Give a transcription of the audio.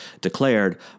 declared